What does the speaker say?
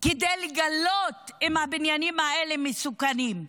כדי לגלות אם הבניינים האלה מסוכנים.